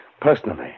personally